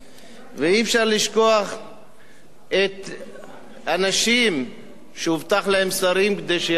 ואי-אפשר לשכוח את האנשים שהובטחו להם תפקידי שרים כדי שיעזבו,